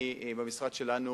במשרד שלנו